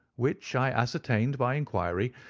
which, i ascertained by inquiry,